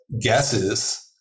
guesses